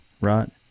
right